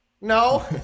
no